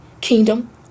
kingdom